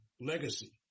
Legacy